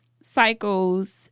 cycles